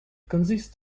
consists